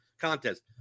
contest